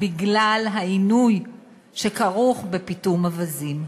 בגלל העינוי שכרוך בפיטום אווזים.